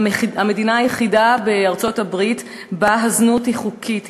המדינה היחידה בארצות-הברית שבה הזנות היא חוקית,